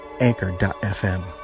Anchor.fm